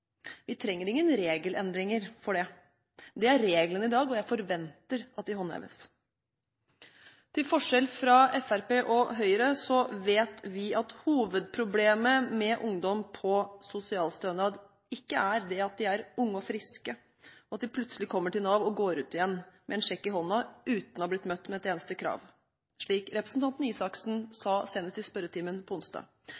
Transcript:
Vi trenger ingen regelendringer for det. Det er reglene i dag, og jeg forventer at de håndheves. Til forskjell fra Fremskrittspartiet og Høyre vet vi at hovedproblemet med ungdom på sosialstønad ikke er det at unge og friske plutselig kommer til Nav og går ut igjen med en sjekk i hånden uten å ha blitt møtt med et eneste krav, slik representanten Røe Isaksen